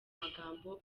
magambo